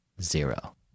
zero